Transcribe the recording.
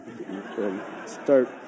Start